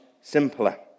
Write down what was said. simpler